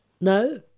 No